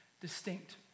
distinct